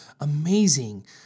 amazing